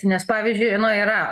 nes pavyzdžiui nu yra